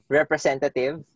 representative